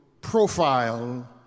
profile